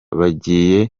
bagiye